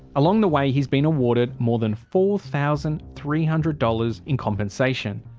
along the way he's been awarded more than four thousand three hundred dollars in compensation.